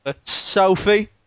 Sophie